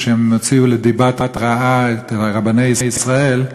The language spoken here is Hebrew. כשהם הוציאו דיבת רעה על רבני ישראל,